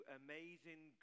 amazing